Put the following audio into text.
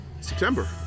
September